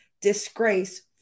disgrace